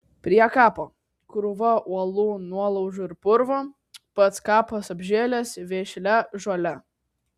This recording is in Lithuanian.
prie kapo krūva uolų nuolaužų ir purvo pats kapas apžėlęs vešlia žole